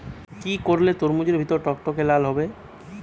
কি করলে তরমুজ এর ভেতর টকটকে লাল হবে?